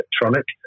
electronic